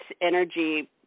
energy